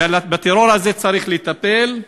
ובטרור הזה צריך לטפל.